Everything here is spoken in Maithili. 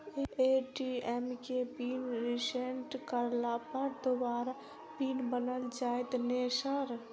ए.टी.एम केँ पिन रिसेट करला पर दोबारा पिन बन जाइत नै सर?